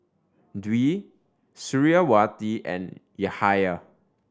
Dwi Suriawati and Yahaya